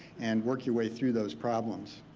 and work your way through those problems.